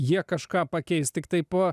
jie kažką pakeis tiktai po